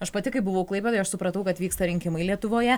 aš pati kai buvau klaipėdoj aš supratau kad vyksta rinkimai lietuvoje